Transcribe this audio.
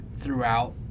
throughout